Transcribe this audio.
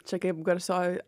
čia kaip garsioj